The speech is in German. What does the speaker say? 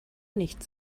nicht